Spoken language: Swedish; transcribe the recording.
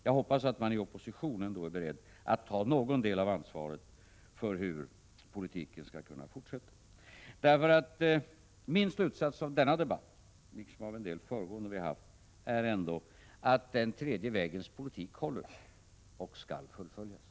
Jag hoppas att man i oppositionen är beredd att ta någon del av ansvaret för hur den ekonomiska politiken skall fortsätta. Min slutsats av denna debatt, liksom av en del tidigare debatter, är ändå att den tredje vägens politik håller och skall fullföljas.